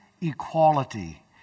equality